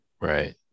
Right